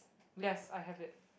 yes I have it